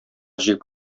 җигеп